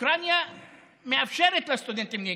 אוקראינה מאפשרת לסטודנטים להיכנס,